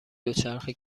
دوچرخه